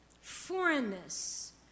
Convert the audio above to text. foreignness